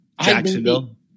Jacksonville